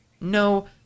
No